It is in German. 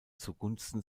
zugunsten